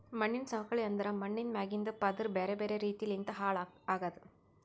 ಮಣ್ಣಿನ ಸವಕಳಿ ಅಂದುರ್ ಮಣ್ಣಿಂದ್ ಮ್ಯಾಗಿಂದ್ ಪದುರ್ ಬ್ಯಾರೆ ಬ್ಯಾರೆ ರೀತಿ ಲಿಂತ್ ಹಾಳ್ ಆಗದ್